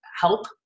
help